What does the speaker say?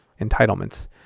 entitlements